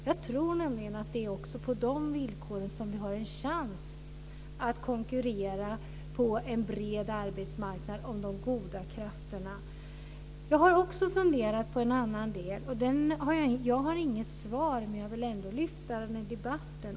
Jag tror nämligen att det är också på de villkoren som vi har en chans att konkurrera på en bred arbetsmarknad om de goda krafterna. Jag har också funderat på en annan del, och jag har inget svar men vill ändå lyfta fram den i debatten.